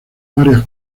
varias